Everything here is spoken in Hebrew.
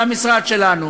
זה המשרד שלנו,